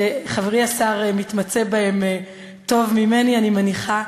שחברי השר מתמצא בהן טוב ממני, אני מניחה.